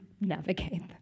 navigate